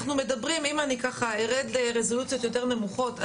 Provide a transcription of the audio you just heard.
אם אני ארד לרזולוציות יותר נמוכות,